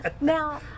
now